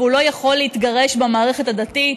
והם לא יכולים להתגרש במערכת הדתית,